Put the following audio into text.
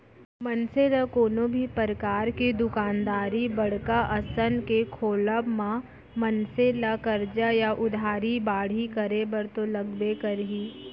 मनसे ल कोनो भी परकार के दुकानदारी बड़का असन के खोलब म मनसे ला करजा या उधारी बाड़ही करे बर तो लगबे करही